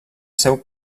seu